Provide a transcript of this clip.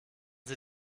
sie